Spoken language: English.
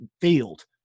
field